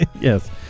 Yes